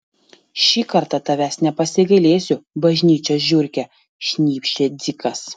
šį kartą tavęs nepasigailėsiu bažnyčios žiurke šnypštė dzikas